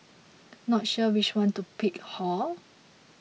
not sure which one to pick hor